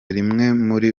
rimwe